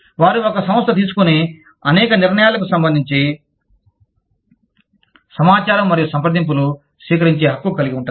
వారు ఒక సంస్థ తీసుకునే అనేక నిర్ణయాలకు సంబంధించి సమాచారం మరియు సంప్రదింపులు స్వీకరించే హక్కు కలిగి వుంటారు